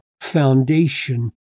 foundation